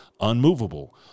unmovable